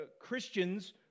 Christians